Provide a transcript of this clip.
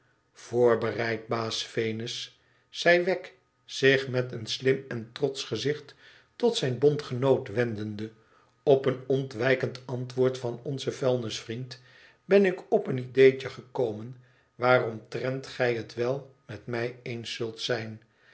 voorbereid baas venus zei wegg zich met een slim en trotsch gezicht tot zijn bondgenoot wendende top een ontwijkend antwoord van onzen vuilnisvriend ben ik op een ideetje gekomen waaromtrent gij het wel met mij eens zult zijn